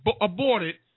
aborted